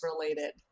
related